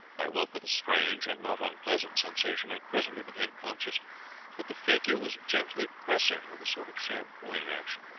i woke with a strange and not unpleasant sensation, and presently became conscious that the fakir was gently pressing, with a sort of shampooing action,